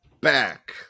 back